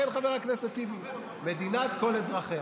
כן, חבר הכנסת טיבי, מדינת כל אזרחיה.